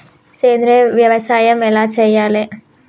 సేంద్రీయ వ్యవసాయం ఎలా చెయ్యాలే?